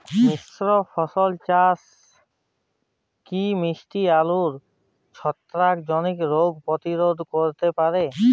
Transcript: মিশ্র ফসল চাষ কি মিষ্টি আলুর ছত্রাকজনিত রোগ প্রতিরোধ করতে পারে?